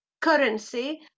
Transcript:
currency